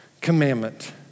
commandment